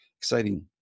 exciting